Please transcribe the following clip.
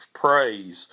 praise